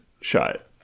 shot